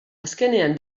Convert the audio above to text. azkenean